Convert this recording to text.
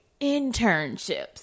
internships